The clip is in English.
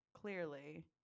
clearly –